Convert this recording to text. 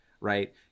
right